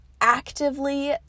actively